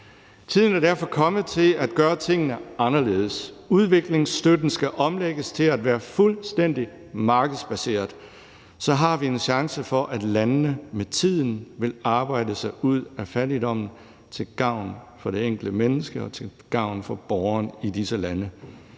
Tiden er derfor kommet til at gøre tingene anderledes. Udviklingsstøtten skal omlægges til at være fuldstændig markedsbaseret. Så har vi en chance for, at landene med tiden vil arbejde sig ud af fattigdommen til gavn for det enkelte menneske og til gavn for borgerne i disse lande.